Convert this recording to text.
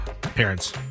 parents